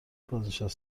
بازنشته